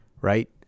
right